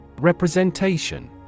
Representation